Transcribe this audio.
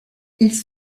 ils